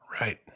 Right